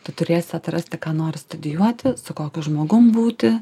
tu turėsi atrasti ką nori studijuoti su kokiu žmogum būti